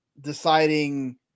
deciding